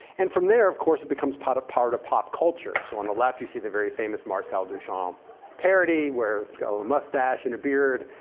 and from there, of course, it becomes part part of pop culture. so on the left, you see the very famous marcel duchamp parody where it's got a little mustache and a beard.